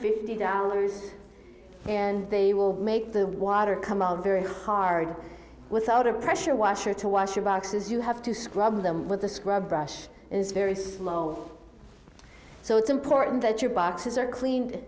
fifty dollars and they will make the water come out very hard without a pressure washer to wash your boxes you have to scrub them with a scrub brush it is very slow so it's important that your boxes are clean